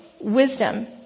wisdom